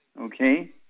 okay